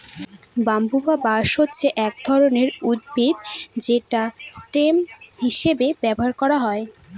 bamboo বা বাঁশ হচ্ছে এক রকমের উদ্ভিদ যেটা স্টেম হিসেবে ব্যবহার করা হয়